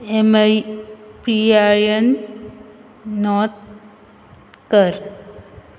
M P I N नोंद कर